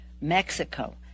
mexico